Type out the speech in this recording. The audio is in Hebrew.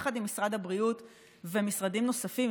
יחד עם משרד הבריאות ומשרדים נוספים,